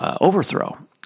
Overthrow